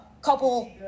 couple